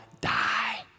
die